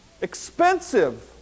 expensive